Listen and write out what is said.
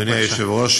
אדוני היושב-ראש,